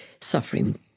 suffering